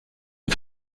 für